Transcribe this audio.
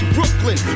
Brooklyn